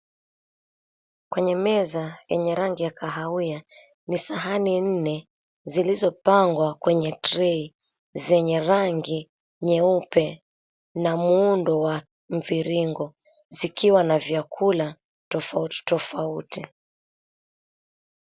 Kwenye meza yenye rangi ya kahawia ni sahani nne zilizopangwa kwenye tray zenye rangi nyeupe na muundo wa mviringo zikiwa na vyakula tofauti tofauti.